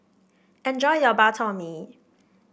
enjoy your Bak Chor Mee